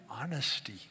honesty